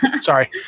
Sorry